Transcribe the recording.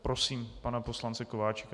Prosím pana poslance Kováčika.